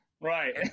right